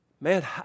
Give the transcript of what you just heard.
Man